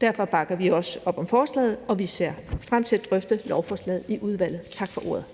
Derfor bakker vi også op om forslaget, og vi ser frem til at drøfte lovforslaget i udvalget. Tak for ordet.